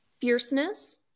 fierceness